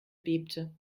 bebte